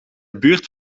buurt